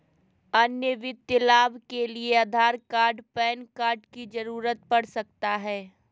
अन्य वित्तीय लाभ के लिए आधार कार्ड पैन कार्ड की जरूरत पड़ सकता है?